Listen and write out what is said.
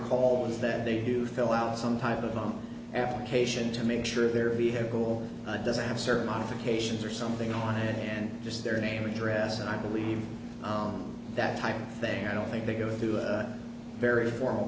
recall is that they do fill out some type of loan application to make sure their vehicle doesn't have certain modifications or something on it and just their name address and i believe that type of thing i don't think they go through a very formal